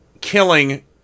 killing